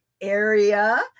area